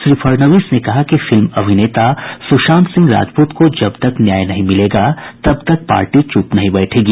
श्री फडणवीस ने कहा कि फिल्म अभिनेता सुशांत सिंह राजपूत को जब तक न्याय नहीं मिलेगा तब तक पार्टी चुप नहीं बैठेगी